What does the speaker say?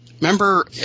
Remember